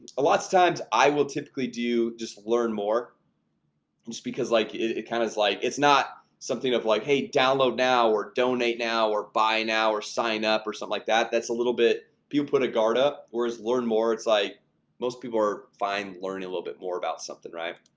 a lot of times i will typically do just learn more just because like it kind of like it's not something of like hey download now or donate now or buy now or sign up or something like that? that's a little bit you put a guard up or as learn more. it's like most people are fine learning a little bit more about something right